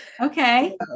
Okay